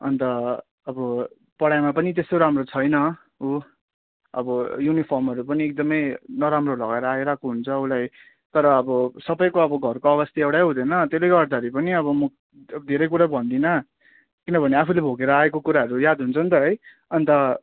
अन्त अब पढाइमा पनि त्यस्तो राम्रो छैन ऊ अब युनिफर्महरू पनि एकदमै नराम्रो लगाएर आइरहेको हुन्छ उसलाई तर अब सबैको अब घरको अवस्था एउटै हुँदैन त्यसले गर्दाखेरि पनि अब म अब धेरै कुरा भन्दिनँ किनभने आफूले भोगेर आएको कुराहरू याद हुन्छ नि त अन्त